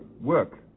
work